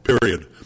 period